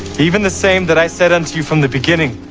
even the same that i said unto you from the beginning.